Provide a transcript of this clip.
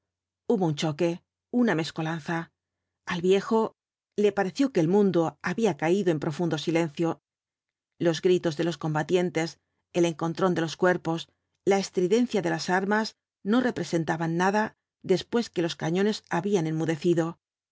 hubo un choque una mezcolanza al viejo le pareció que el mundo había caído en profundo silencio los gritos de los combatientes el encontrón de los cuerpos la estridencia de las armas no representaban nada después que los cañones habían enmudecido vio